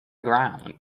ground